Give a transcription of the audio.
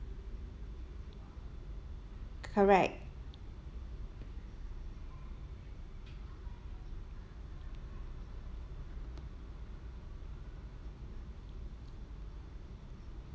correct